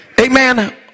Amen